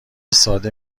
ساده